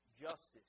justice